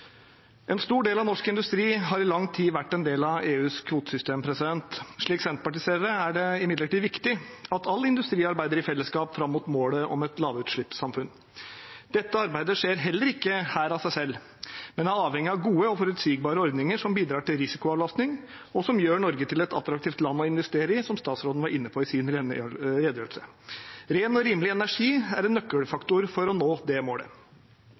En stor del av norsk industri har i lang tid vært en del av EUs kvotesystem. Slik Senterpartiet ser det, er det imidlertid viktig at all industri arbeider i fellesskap fram mot målet om et lavutslippssamfunn. Dette arbeidet skjer heller ikke her av seg selv, men er avhengig av gode og forutsigbare ordninger som bidrar til risikoavlastning, og som gjør Norge til et attraktivt land å investere i, som statsråden var inne på i sin redegjørelse. Ren og rimelig energi er en nøkkelfaktor for å nå det målet.